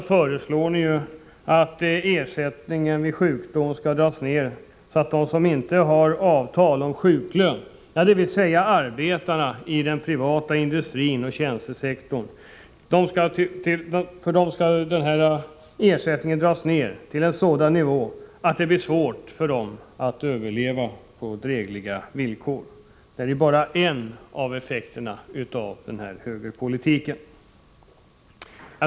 a. föreslår ni ju att ersättningen vid sjukdom skall dras ned så att de som inte har avtal om sjuklön, dvs. arbetare i den privata industrin och tjänstesektorn, får svårt att leva på en dräglig nivå. Det är bara en av effekterna av denna högerpolitik.